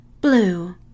blue